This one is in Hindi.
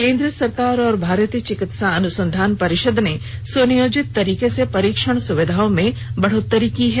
केन्द्र सरकार और भारतीय चिकित्सा अनुसंधान परिषद ने सुनियोजित तरीके से परीक्षण सुविधाओं में बढ़ोतरी की है